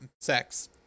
sex